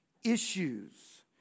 issues